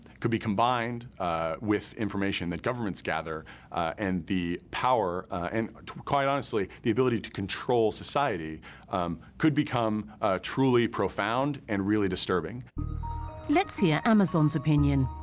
could be combined with information that governments gather and the power and quite honestly the ability to control society could become truly profound and really disturbing let's hear amazon's opinion